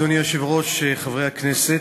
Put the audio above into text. אדוני היושב-ראש, חברי הכנסת,